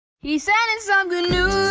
he's sending some good news.